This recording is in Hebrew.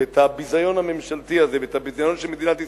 את הביזיון הממשלתי הזה ואת הביזיון של מדינת ישראל,